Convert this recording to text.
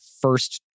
first